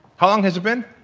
how long has it been?